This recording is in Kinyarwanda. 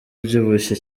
ubyibushye